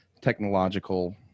technological